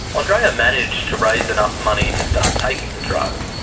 ah andreea managed to raise enough money to start taking the drug.